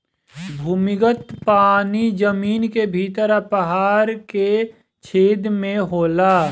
भूमिगत पानी जमीन के भीतर आ पहाड़ के छेद में होला